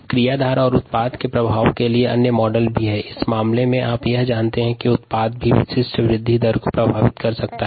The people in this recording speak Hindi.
क्रियाधार के सामान उत्पाद भी विशिष्ट वृद्धि दर को प्रभावित करता है